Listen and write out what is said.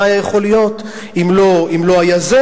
מה היה יכול להיות אם לא היה זה,